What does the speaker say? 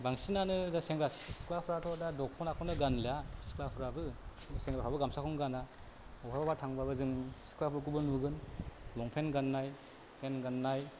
बांसिनिनो सेंग्रा सिख्लाफ्राथ' दा दख'नाखौनो गानला सिख्लाफ्राबो सेंग्राफ्राबो गामसाखौनो गाना बहाबा थांबाबो जों सिख्लाफोरखौबो नुगोन लंपेन्ट गाननाय पेन्ट गाननाय